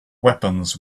weapons